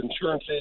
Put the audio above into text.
Insurance